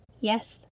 yes